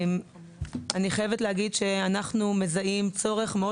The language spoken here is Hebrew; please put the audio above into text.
אני חייבת להגיד שאנחנו מזהים צורך מאוד